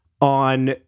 on